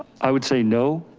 i would say no.